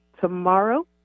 tomorrow